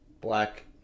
black